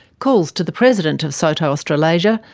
calls to the president of soto australasia,